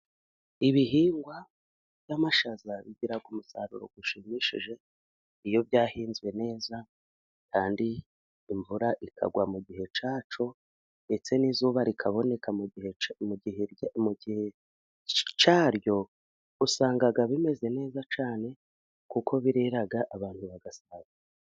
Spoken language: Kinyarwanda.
Ibihingwa by'amashaza bigira umusaruro ushimishije. Iyo byahinzwe neza kandi imvura ikagwa mu gihe cyayo, ndetse n'izuba rikaboneka mu gihe cyaryo, usanga bimeze neza cyane kuko birera abantu bagasarura.